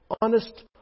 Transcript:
honest